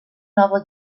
nova